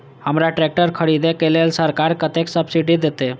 हमरा ट्रैक्टर खरदे के लेल सरकार कतेक सब्सीडी देते?